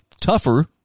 tougher